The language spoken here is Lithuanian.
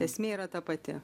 esmė yra ta pati